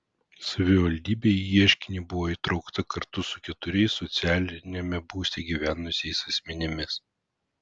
savivaldybė į ieškinį buvo įtraukta kartu su keturiais socialiniame būste gyvenusiais asmenimis